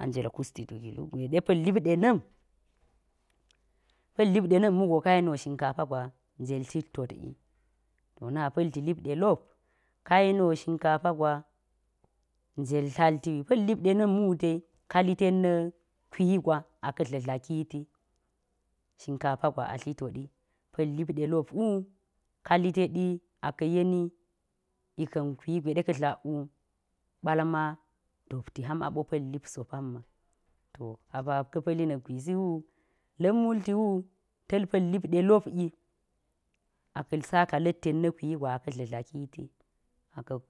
a njel kusti tuki, lugwe ɗe pa̱l lip ɗe na̱m, pa̱l lip ɗena̱m wu go ka yen shinkapa gwa njel tlit tot yi, to na pa̱lti lip ɗe lop, ka yeni wo shnkapa gwa, njel tlalti yi, pa̱l lip ɗe na̱m dai, ka litet na̱ kwi gwa a mka̱ tla̱tlati ti, shinkapa gwa a tli toɗi, pa̱l lip ɗe lop wu, kali teɗi a ka̱ yeni ika̱n kwi gweɗe ka̱ tlak wu, ɓalma dopti ham a ɓo pa̱l lip so pamma, to a pa ka̱ pa̱li na̱k gwisi wu, la̱m multi wu, ta̱l pa̱l lip ɗe lop yi, a ka̱ saka littet na̱ kwi gwa a ka̱ tla̱tla kiti, aka̱.